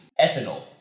ethanol